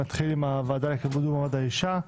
נתחיל עם הוועדה לקידום מעמד האישה.